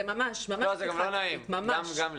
לא, זה גם לא נעים, גם לי.